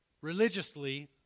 religiously